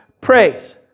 praise